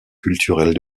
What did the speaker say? culturel